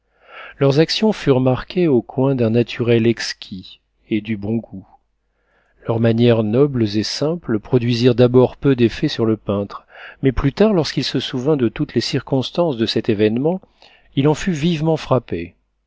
leurs actions furent marquées au coin d'un naturel exquis et du bon goût leurs manières nobles et simples produisirent d'abord peu d'effet sur le peintre mais plus tard lorsqu'il se souvint de toutes les circonstances de cet événement il en fut vivement frappé